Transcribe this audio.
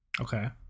okay